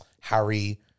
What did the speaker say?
Harry